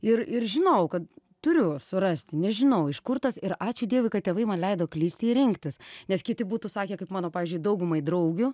ir ir žinojau kad turiu surasti nežinau iš kur tas ir ačiū dievui kad tėvai man leido klysti ir rinktis nes kiti būtų sakę kaip mano pavyzdžiui daugumai draugių